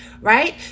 right